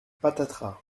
patatras